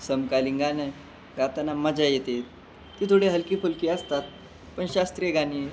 समकालीन गाणं गाताना मजा येते ती थोडी हलकीफुलकी असतात पण शास्त्रीय गाणी